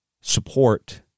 support